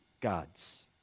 God's